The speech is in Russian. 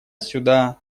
сюда